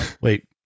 Wait